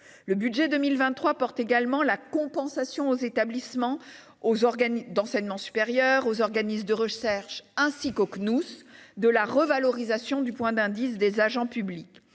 Le budget pour 2023 porte également la compensation aux établissements d'enseignement supérieur, aux organismes de recherche et au Cnous de la revalorisation du point d'indice des agents publics